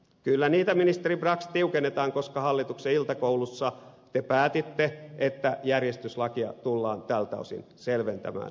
kyllä niitä ministeri brax tiukennetaan koska hallituksen iltakoulussa te päätitte että järjestyslakia tullaan tältä osin selventämään eli tiukentamaan